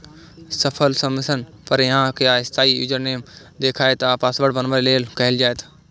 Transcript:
सफल सबमिशन पर अहां कें अस्थायी यूजरनेम देखायत आ पासवर्ड बनबै लेल कहल जायत